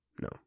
No